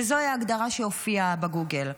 וזוהי ההגדרה שהופיעה בגוגל: